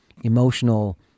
emotional